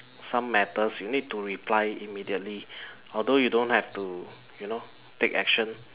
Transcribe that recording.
some matters you need to reply immediately although you don't have to you know take action